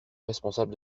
responsable